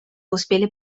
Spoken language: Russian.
успели